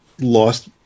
lost